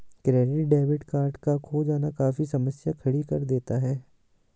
credit debit card का खो जाना काफी समस्या खड़ी कर देता है